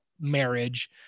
marriage